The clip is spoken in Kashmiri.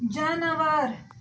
جاناوار